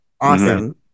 awesome